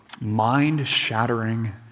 Mind-shattering